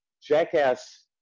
jackass